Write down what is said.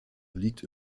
liegt